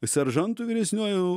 seržantu vyresniuoju